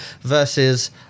versus